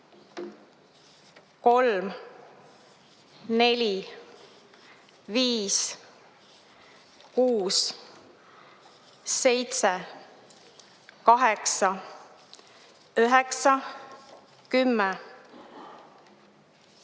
3, 4, 5, 6, 7, 8, 9, 10,